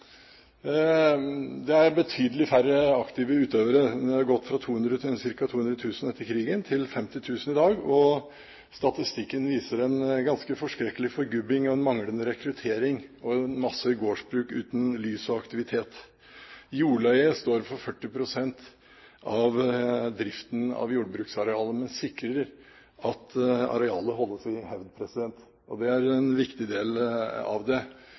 har gått fra ca. 200 000 etter krigen til 50 000 i dag. Statistikken viser en ganske forskrekkelig forgubbing, en manglende rekruttering og masse gårdsbruk uten lys og aktivitet. Jordleie står for 40 pst. av driften av jordbruksarealene, men sikrer at arealene holdes i hevd. Det er en viktig del av dette. Bosettingen i Distrikts-Norge i dag er mer avhengig av annen sysselsetting enn av aktiviteten på gårdene. Det